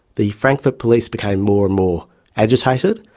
the frankfurt police became more and more agitated,